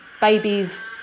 babies